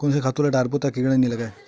कोन से दवाई ल डारबो त कीड़ा नहीं लगय?